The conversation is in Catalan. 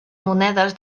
monedes